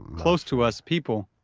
close to us people,